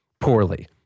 poorly